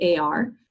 AR